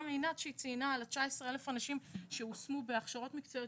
גם עינת שציינה על 19,000 אנשים שהושמו בהכשרות מקצועיות,